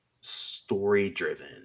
story-driven